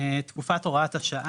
תקופת הוראת השעה